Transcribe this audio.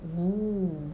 oh